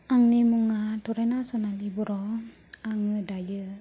आंनि मुङा थरायना सनालि बर' आङो दायो